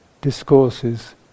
discourses